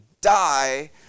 die